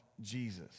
Jesus